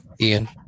ian